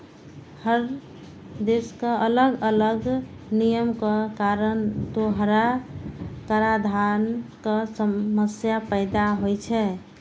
हर देशक अलग अलग नियमक कारण दोहरा कराधानक समस्या पैदा होइ छै